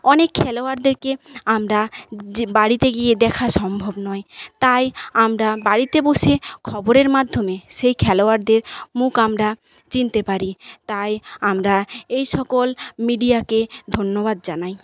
অনেক খেলোয়াড়দেরকে আমরা বাড়িতে গিয়ে দেখা সম্ভব নয় তাই আমরা বাড়িতে বসে খবরের মাধ্যমে সেই খেলোয়াড়দের মুখ আমরা চিনতে পারি তাই আমরা এইসকল মিডিয়াকে ধন্যবাদ জানাই